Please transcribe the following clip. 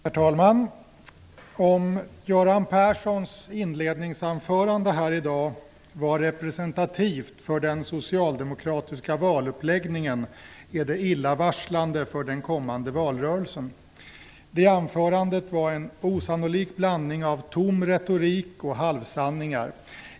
Herr talman! Om Göran Perssons inledningsanförande här i dag var representativt för den socialdemokratiska valuppläggningen, är det illavarslande för den kommande valrörelsen. Det anförandet var en osannolik blandning av tom retorik och halvsanningar.